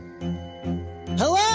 hello